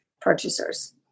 purchasers